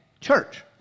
church